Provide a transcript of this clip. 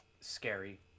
scary